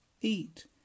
eat